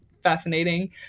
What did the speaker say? Fascinating